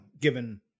given